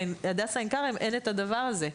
בהדסה עין כרם אין את הדבר הזה.